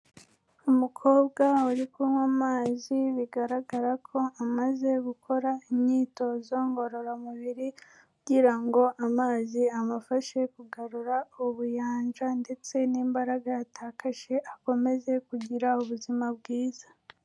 Umukobwa uri kunywa amazi bigaragara ko amaze gukora imyitozo ngororamubiri kugira ngo amazi amufashe kugarura ubuyanja ndetse n'imbaraga yatakaje akomeze kugira ubuzima bwiza.